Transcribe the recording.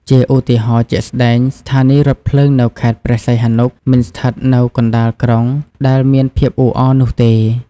ជាឧទាហរណ៍ជាក់ស្តែង ស្ថានីយ៍រថភ្លើងនៅខេត្តព្រះសីហនុ មិនស្ថិតនៅកណ្តាលក្រុងដែលមានភាពអ៊ូអរនោះទេ។